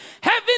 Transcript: heaven